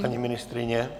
Paní ministryně?